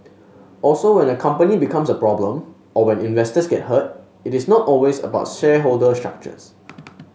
also when a company becomes a problem or when investors get hurt it is not always about shareholder structures